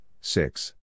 six